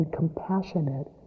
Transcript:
compassionate